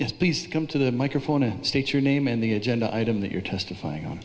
just please come to the microphone and state your name and the agenda item that you're testifying on